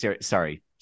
sorry